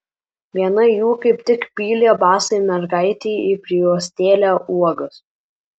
viena jų kaip tik pylė basai mergaitei į prijuostėlę uogas